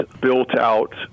built-out